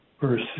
verse